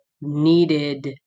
needed